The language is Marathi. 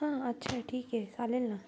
हां अच्छा ठीक आहे चालेल ना